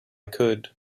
could